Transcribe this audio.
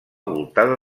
voltada